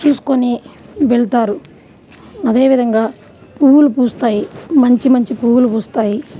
చూసుకొని వెళ్తారు అదేవిధంగా పువ్వులు పూస్తాయి మంచి మంచి పువ్వులు పూస్తాయి